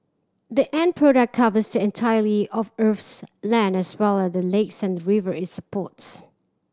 the end product covers the entirety of Earth's land as well as the lakes and river it supports